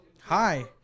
Hi